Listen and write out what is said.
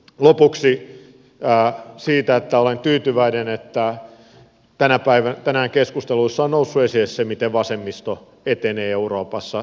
lopuksi siitä että olen tyytyväinen että tänään keskusteluissa on noussut se miten vasemmisto etenee euroopassa